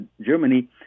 Germany